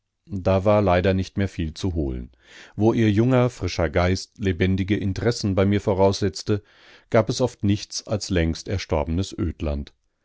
da war leider nicht mehr viel zu holen wo ihr junger frischer geist lebendige interessen bei mir voraussetzte gab es oft nichts als längst erstorbenes ödland